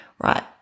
right